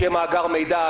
שיהיה מאגר מידע,